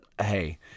Hey